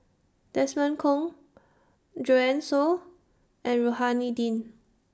Desmond Kon Joanne Soo and Rohani Din